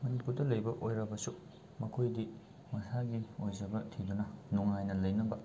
ꯃꯅꯤꯄꯨꯔꯗ ꯂꯩꯕ ꯑꯣꯏꯔꯕꯁꯨ ꯃꯈꯣꯏꯗꯤ ꯃꯁꯥꯒꯤ ꯑꯣꯏꯖꯕ ꯊꯤꯗꯨꯅ ꯅꯨꯡꯉꯥꯏꯅ ꯂꯩꯅꯕ